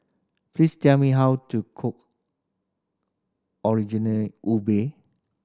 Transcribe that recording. please tell me how to cook ubi